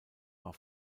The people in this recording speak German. war